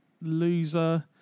Loser